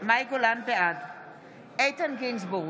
איתן גינזבורג,